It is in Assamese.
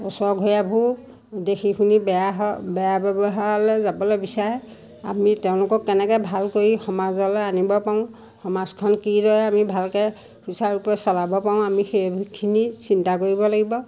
ওচৰঘৰীয়াবোৰো দেখি শুনি বেয়া হয় বেয়া ব্যৱহাৰলৈ যাবলৈ বিচাৰে আমি তেওঁলোকক কেনেকৈ ভাল কৰি সমাজলৈ আনিব পাৰোঁ সমাজখন কিদৰে আমি ভালকৈ সুচাৰুৰূপে চলাব পাৰোঁ আমি সেইখিনি চিন্তা কৰিব লাগিব